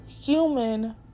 human